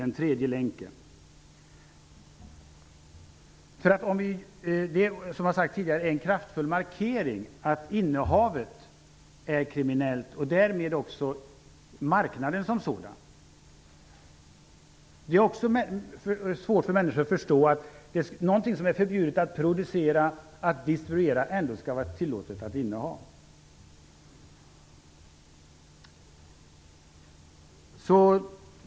Den tredje länken fattas. Som jag sade tidigare är det en kraftfull markering att kriminalisera innehavet och därmed också marknaden som sådan. Det är svårt för människor att förstå att någonting som är förbjudet att producera och distribuera ändå är tillåtet att inneha.